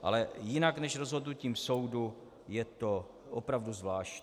Ale jinak než rozhodnutím soudu je to opravdu zvláštní.